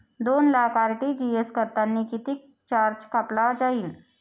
दोन लाख आर.टी.जी.एस करतांनी कितीक चार्ज कापला जाईन?